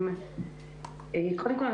קודם כול,